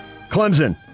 Clemson